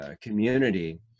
community